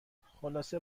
خلاصه